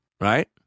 Right